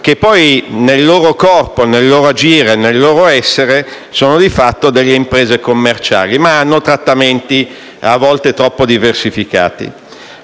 che poi nel loro corpo, nel loro agire e nel loro essere sono di fatto delle imprese commerciali, ma hanno trattamenti a volte troppo diversificati.